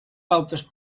pautes